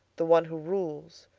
the one who rules,